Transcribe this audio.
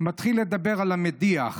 מתחיל לדבר על המדיח